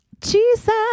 Jesus